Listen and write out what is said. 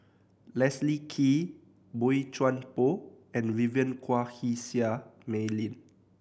Leslie Kee Boey Chuan Poh and Vivien Quahe Seah Mei Lin